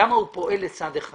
למה הוא פועל לצד אחד